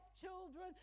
children